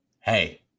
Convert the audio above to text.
hey